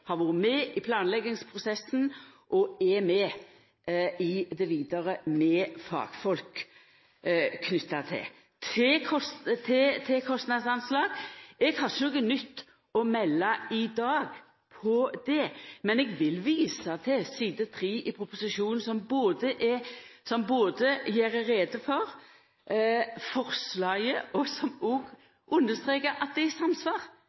har vore med i planleggingsprosessen, og der vi er med vidare, med fagfolk knytte til. Til kostnadsanslag: Eg har ikkje noko nytt å melda i dag om det, men eg vil visa til side 3 i proposisjonen som både gjer greie for forslaget, som understrekar at det er i samsvar